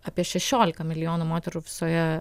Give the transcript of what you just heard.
apie šešiolika milijonų moterų visoje